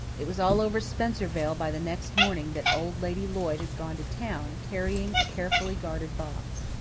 it was all over spencervale by the next morning that old lady lloyd had gone to town, carrying a carefully guarded box.